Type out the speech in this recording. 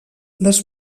les